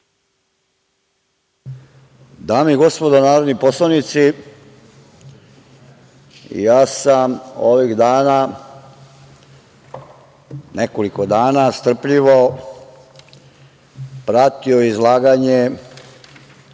Dame i gospodo narodni poslanici, ja sam ovih dana, nekoliko dana, strpljivo pratio izlaganje